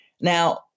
Now